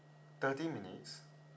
thirty minutes